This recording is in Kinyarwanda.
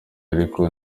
ariko